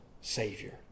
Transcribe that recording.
Savior